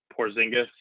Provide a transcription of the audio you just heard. porzingis